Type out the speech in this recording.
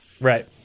right